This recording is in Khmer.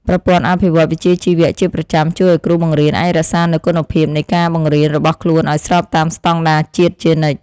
ប្រព័ន្ធអភិវឌ្ឍវិជ្ជាជីវៈជាប្រចាំជួយឱ្យគ្រូបង្រៀនអាចរក្សានូវគុណភាពនៃការបង្រៀនរបស់ខ្លួនឱ្យស្របតាមស្តង់ដារជាតិជានិច្ច។